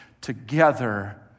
together